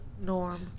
norm